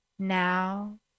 Now